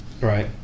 Right